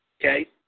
okay